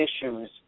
issues